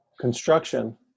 construction